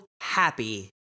happy